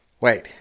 Wait